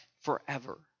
forever